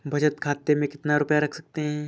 बचत खाते में कितना रुपया रख सकते हैं?